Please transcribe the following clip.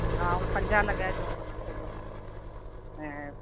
हा हू पंजाह लॻाएजोसि हुनखे बि ऐं